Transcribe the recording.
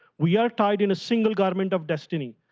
we are tied in a single garment of destiny.